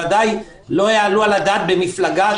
בוודאי לא יעלו על הדעת במפלגה,